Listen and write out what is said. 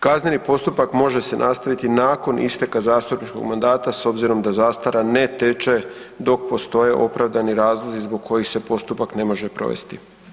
Kazneni postupak može se nastaviti nakon isteka zastupničkog mandata s obzirom da zastara ne teče dok postoje opravdani razlozi zbog kojih se postupak ne može provesti.